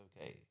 okay